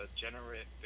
generate